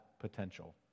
potential